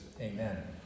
Amen